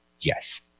Yes